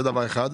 זה אחת.